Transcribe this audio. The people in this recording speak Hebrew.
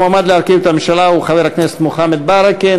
המועמד להרכיב את הממשלה הוא חבר הכנסת מוחמד ברכה.